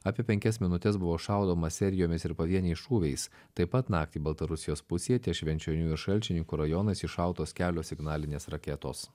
apie penkias minutes buvo šaudoma serijomis ir pavieniais šūviais taip pat naktį baltarusijos pusėj ties švenčionių ir šalčininkų rajonas iššautos kelios signalinės raketos